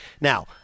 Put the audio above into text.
now